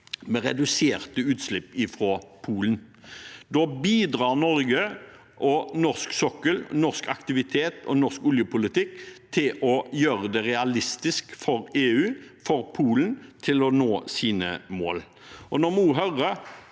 tonn reduserte utslipp fra Polen. Da bidrar Norge, norsk sokkel, norsk aktivitet og norsk oljepolitikk til å gjøre det realistisk for EU og for Polen å nå sine mål. Når vi hører